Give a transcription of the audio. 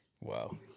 wow